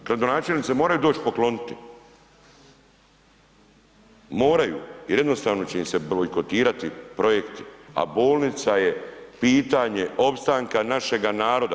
Gradonačelnici se moraju doći pokloniti, moraju jer jednostavno će im se bojkotirati projekti, a bolnica je pitanje opstanka našega naroda.